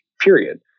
period